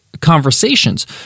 conversations